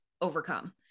overcome